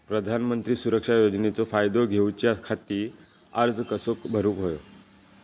प्रधानमंत्री सुरक्षा योजनेचो फायदो घेऊच्या खाती अर्ज कसो भरुक होयो?